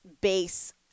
base